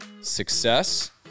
success